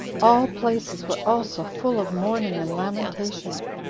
all places were also full of mourning and lamentation.